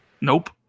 nope